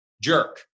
jerk